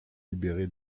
libéré